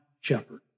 shepherd